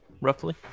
roughly